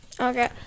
Okay